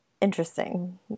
Interesting